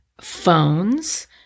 phones